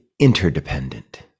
interdependent